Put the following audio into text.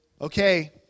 okay